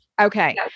Okay